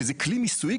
שזה כלי של מיסוי,